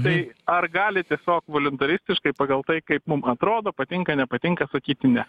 tai ar gali tiesiog voliuntaristiškai pagal tai kaip mum atrodo patinka nepatinka sakyti ne